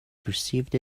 perceived